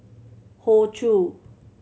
Hoey Choo